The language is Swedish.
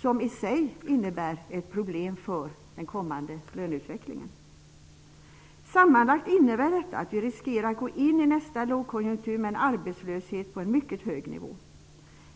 som i sig innebär ett problem för den kommande löneutvecklingen. Sammanlagt innebär detta att vi riskerar att gå in i nästa lågkonjunktur med en arbetslöshet på en mycket hög nivå.